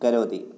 करोति